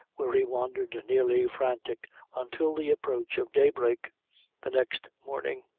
where he wandered nearly frantic until the approach of day-break the next morning.